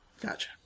Gotcha